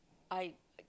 I